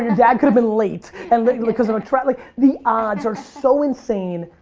dad could have been late and late because of traffic. the odds are so insane.